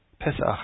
Pesach